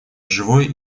живой